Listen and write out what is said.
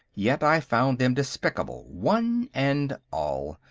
yet i found them despicable, one and all.